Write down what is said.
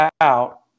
out